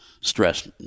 stress